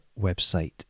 website